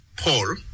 Paul